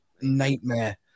nightmare